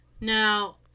Now